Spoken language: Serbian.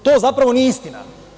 To zapravo nije istina.